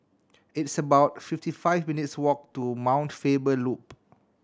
it's about fifty five minutes' walk to Mount Faber Loop